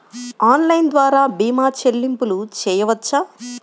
Online ద్వార భీమా చెల్లింపులు చేయవచ్చా?